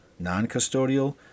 non-custodial